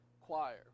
choir